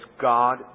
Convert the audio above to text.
God